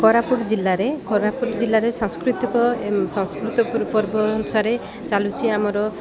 କୋରାପୁଟ ଜିଲ୍ଲାରେ କୋରାପୁଟ ଜିଲ୍ଲାରେ ସାଂସ୍କୃତିକ ସାଂସ୍କୃତ ପ ପର୍ବ ଅନୁସାରେ ଚାଲୁଛି ଆମର